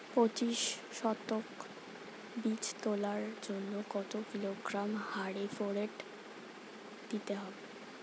পঁচিশ শতক বীজ তলার জন্য কত কিলোগ্রাম হারে ফোরেট দিতে হবে?